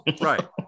Right